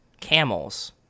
camels